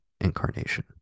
incarnation